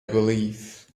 believe